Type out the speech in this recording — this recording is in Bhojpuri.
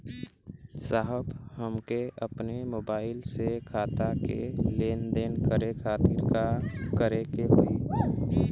साहब हमके अपने मोबाइल से खाता के लेनदेन करे खातिर का करे के होई?